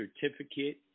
certificate